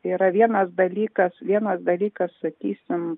yra vienas dalykas vienas dalykas sakysim